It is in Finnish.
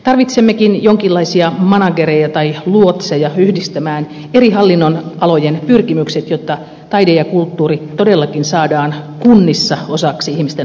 tarvitsemmekin jonkinlaisia managereja tai luotseja yhdistämään eri hallinnonalojen pyrkimykset jotta taide ja kulttuuri todellakin saadaan kunnissa osaksi ihmisten arkea